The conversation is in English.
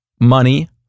money